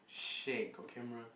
shag got camera